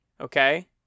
okay